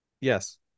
Yes